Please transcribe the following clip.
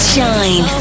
Shine